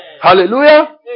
Hallelujah